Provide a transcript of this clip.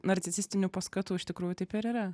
narcisistinių paskatų iš tikrųjų taip ir yra